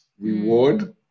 reward